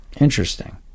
interesting